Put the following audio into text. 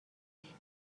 توش